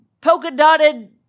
polka-dotted